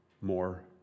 more